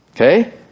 Okay